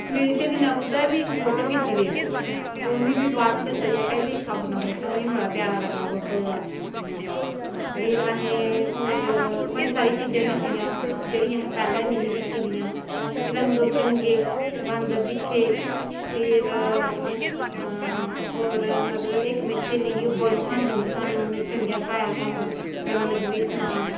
मेरी स्हेली ने ओह्दा बी इक फोटो खिच्ची लेआ ते ओह् बी बाद च दस्सा दी ही आखा दी अहें दिक्ख अपनी फोटो मिगी बड़ा प्यारा लग्गा फोटो ओह्कड़ा फिर असें होर बड़ी सारी चीजां दिक्खियां जेह्ड़ी असें पैह्लें निही दिक्खी दियां रंग बरंगे बांदर दिक्खे फिर होर मतलब इक मेरे स्हेली ही ओह् बड़ा स्हांदी ही सानूं उन्न चंगे हसाया सानूं गल्लां लग्गी पेई सनान